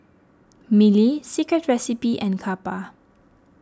Mili Secret Recipe and Kappa